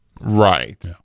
Right